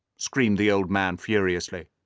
screamed the old man furiously.